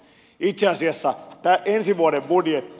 itse asiassa ensi vuoden budjetti